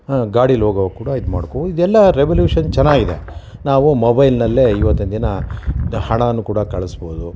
ಹಾಂ ಗಾಡಿಲಿ ಹೋಗುವಾಗ ಕೂಡ ಇದು ಮಾಡ್ಕೊ ಇದೆಲ್ಲ ರೆವಲ್ಯೂಷನ್ ಚೆನ್ನಾಗಿದೆ ನಾವು ಮೊಬೈಲ್ನಲ್ಲೇ ಇವತ್ತಿನ ದಿನ ಹಣಾನು ಕೂಡ ಕಳಿಸ್ಬೋದು